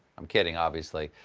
i'm kidding, obviously.